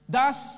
Thus